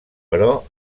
però